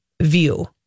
view